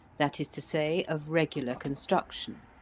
that is to say of regular construction.